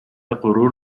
غرور